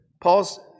Paul's